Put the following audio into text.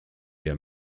der